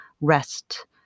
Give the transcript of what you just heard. rest